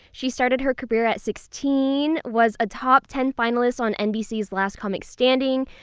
she started her career at sixteen, was a top ten finalist on nbc's last comic standing.